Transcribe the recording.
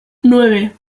nueve